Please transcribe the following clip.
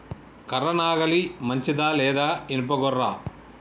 కర్ర నాగలి మంచిదా లేదా? ఇనుప గొర్ర?